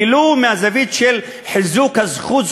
ולו מהזווית של חיזוק הזכות,